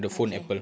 okay